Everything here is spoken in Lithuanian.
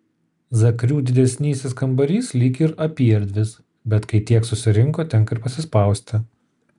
zakrių didesnysis kambarys lyg ir apyerdvis bet kai tiek susirinko tenka ir pasispausti